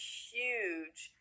huge